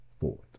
forward